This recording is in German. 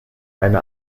eine